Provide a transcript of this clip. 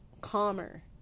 calmer